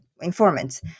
informants